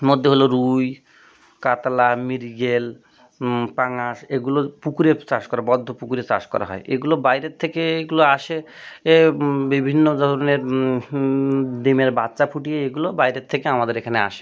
মধ্যে হলো রুই কাতলা মৃগেল পাঙাশ এগুলো পুকুরে চাষ করা বদ্ধ পুকুরে চাষ করা হয় এগুলো বাইরের থেকে এগুলো আসে এ বিভিন্ন ধরনের ডিমের বাচ্চা ফুটিয়ে এগুলো বাইরের থেকে আমাদের এখানে আসে